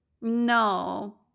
No